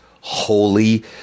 holy